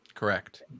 Correct